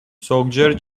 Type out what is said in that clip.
ზოგჯერ